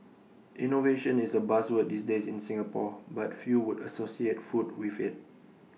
innovation is A buzzword these days in Singapore but few would associate food with IT